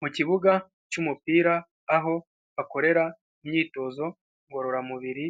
Mu kibuga cy'umupira aho akorera imyitozo ngororamubiri